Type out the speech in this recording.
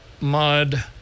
Mud